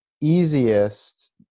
easiest